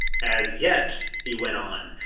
as yet, he went on,